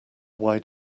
why